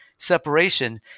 separation